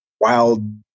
wild